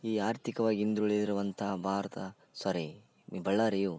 ಈ ಆರ್ಥಿಕವಾಗ್ ಹಿಂದುಳಿದಿರುವಂಥ ಭಾರತ ಸೊರಿ ಈ ಬಳ್ಳಾರಿಯು